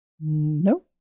No